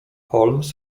holmes